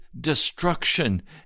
destruction